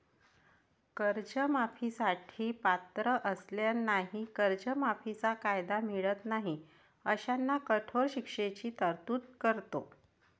कर्जमाफी साठी पात्र असलेल्यांनाही कर्जमाफीचा कायदा मिळत नाही अशांना कठोर शिक्षेची तरतूद करतो